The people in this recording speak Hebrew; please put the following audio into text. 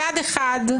מצד אחד,